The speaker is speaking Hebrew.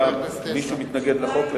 אינני יודע מדוע מישהו מתנגד לחוק.